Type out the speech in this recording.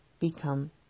become